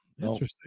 Interesting